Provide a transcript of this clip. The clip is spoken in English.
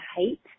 height